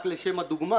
רק לשם הדוגמה